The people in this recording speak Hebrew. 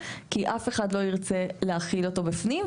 כי אף אחד לא ירצה להחיל אותו בפנים.